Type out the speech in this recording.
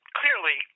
clearly